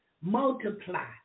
multiply